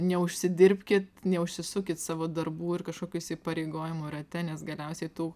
neužsidirbkit neužsisukit savo darbų ir kažkokių įsipareigojimų rate nes galiausiai tų